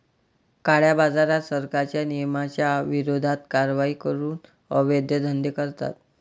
काळ्याबाजारात, सरकारच्या नियमांच्या विरोधात कारवाई करून अवैध धंदे करतात